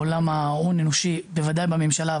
עולם ההון האנושי בוודאי בממשלה,